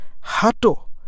Hato